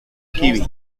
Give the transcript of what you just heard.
kiwi